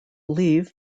leave